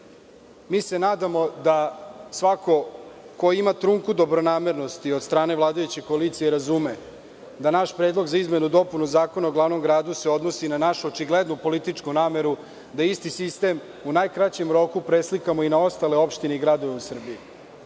se da, svako ko ima trunku dobronamernosti od strane vladajuće koalicije, razume da naš predlog za izmenu i dopunu Zakona o glavnom gradu se odnosi na našu očiglednu političku nameru da isti sistem u najkraćem roku preslikamo i na ostale opštine i gradove u Srbiji. Ovim